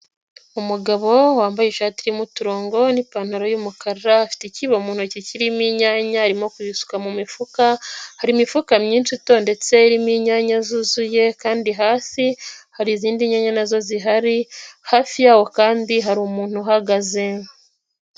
Umugabo wambaye ishati irimo uturongo n'ipantaro y'umukara, afite ikibo mu ntoki kirimo inyanya arimo kuzisuka mu mifuka, hari imifuka myinshi itondetse irimo inyanya zuzuye kandi hasi hari izindi nyaya na zo zihari, hafi yaho kandi hari umuntu uhagaze.